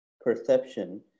perception